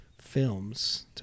Films